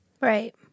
Right